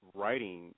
writing